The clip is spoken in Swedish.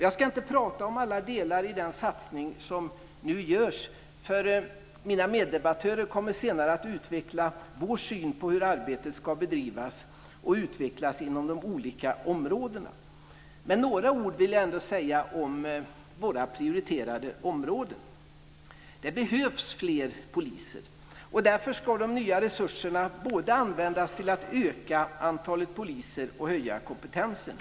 Jag ska inte prata om alla delar i den satsning som nu görs. Mina meddebattörer kommer senare att utveckla vår syn på hur arbetet ska bedrivas och utvecklas på de olika områdena. Men några ord vill jag ändå säga om våra prioriterade områden. Det behövs fler poliser. Därför ska de nya resurserna användas till att både öka antalet poliser och höja kompetensen.